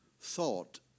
thought